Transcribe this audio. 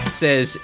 says